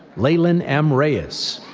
lailynn m. reyes.